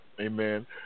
Amen